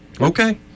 Okay